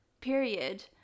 period